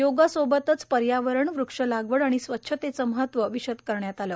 योगसोबतच पर्यावरण वृक्ष लागवड आणि स्वच्छतेचं महत्व विषद करण्यात आलं